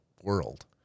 world